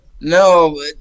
No